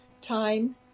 time